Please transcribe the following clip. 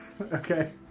okay